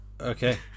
okay